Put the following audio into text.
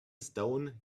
stone